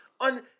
on